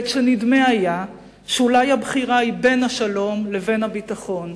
בעת שנדמה היה שאולי הבחירה היא בין שלום לבין ביטחון,